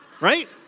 right